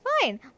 Fine